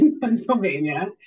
Pennsylvania